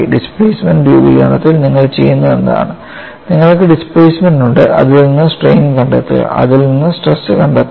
displacement രൂപീകരണത്തിൽ നിങ്ങൾ ചെയ്യുന്നതെന്താണ് നിങ്ങൾക്ക് ഡിസ്പ്ലേസ്മെൻറ് ഉണ്ട് അതിൽ നിന്ന് സ്ട്രെയിൻ കണ്ടെത്തുക അതിൽ നിന്ന് സ്ട്രെസ് കണ്ടെത്തുക